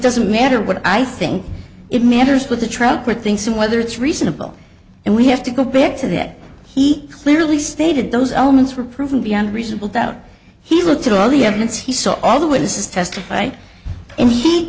doesn't matter what i think it matters with the truck or things whether it's reasonable and we have to go back to that he clearly stated those elements were proven beyond reasonable doubt he looked at all the evidence he saw all the witnesses testify and he